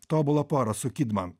tobulą porą su kidman